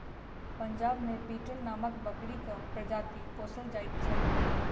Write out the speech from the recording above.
पंजाब मे बीटल नामक बकरीक प्रजाति पोसल जाइत छैक